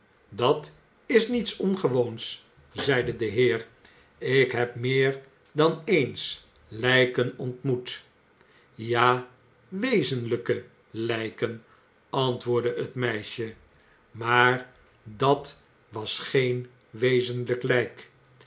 dat is niets ongewoons zeide de heer ik heb meer dan eens lijken ontmoet ja wezenlijke lijken antwoordde het meisje maar dat was geen wezenlijk lijk